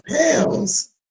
pounds